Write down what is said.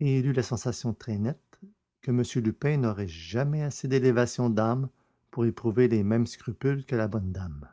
il eut la sensation très nette que monsieur lupin n'aurait jamais assez d'élévation d'âme pour éprouver les mêmes scrupules que la bonne dame